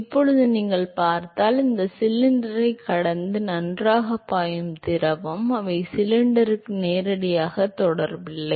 இப்போது நீங்கள் பார்த்தால் இந்த சிலிண்டரைக் கடந்தும் நன்றாகப் பாயும் திரவம் அவை சிலிண்டருடன் நேரடியாகத் தொடர்பில்லை